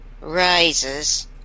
rises